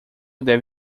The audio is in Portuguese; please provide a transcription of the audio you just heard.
deve